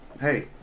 Hey